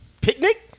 Picnic